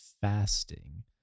fasting